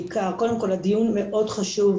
קודם כל הדיון מאוד חשוב,